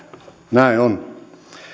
näin on